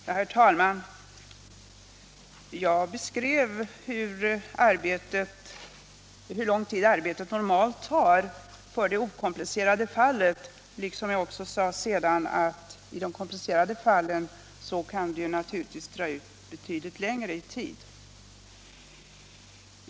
Herr talman! Jag beskrev hur lång tid arbetet normalt tar i det okomplicerade fallet, och jag sade sedan att i de komplicerade fallen kan det naturligtvis dra ut betydligt längre på tiden.